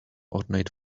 ornate